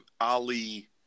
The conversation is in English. Ali